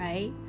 Right